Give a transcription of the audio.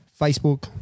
Facebook